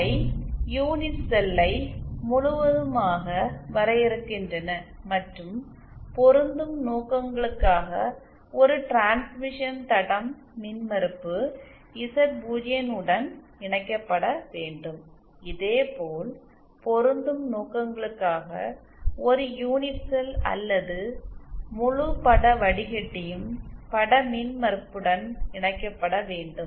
அவை யூனிட் செல்லை முழுவதுமாக வரையறுக்கின்றன மற்றும் பொருந்தும் நோக்கங்களுக்காக ஒரு டிரான்ஸ்மிஷன் தடம் மின்மறுப்பு Z0 உடன் இணைக்கப்பட வேண்டும் இதேபோல் பொருந்தும் நோக்கங்களுக்காக ஒரு யூனிட் செல் அல்லது முழு பட வடிக்கட்டியும் பட மின்மறுப்புடன் இணைக்கப்பட வேண்டும்